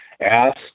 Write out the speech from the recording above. ask